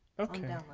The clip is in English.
ok.